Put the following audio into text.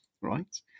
right